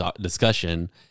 discussion